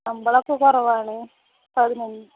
ശമ്പളം ഒക്കെ കുറവാണ് പതിനൊന്ന്